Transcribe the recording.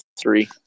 three